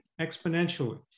exponentially